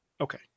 okay